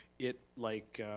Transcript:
it, like